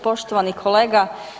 Poštovani kolega.